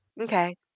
Okay